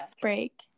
break